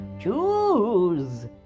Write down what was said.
Choose